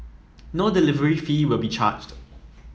no delivery fee will be charged